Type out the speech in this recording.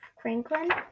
Franklin